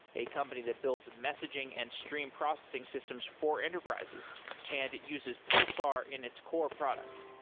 a company that builds messaging and stream processing systems for enterprises and it uses pulsar in its core product